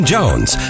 Jones